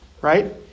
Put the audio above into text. Right